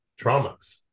traumas